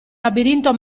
labirinto